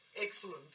Excellent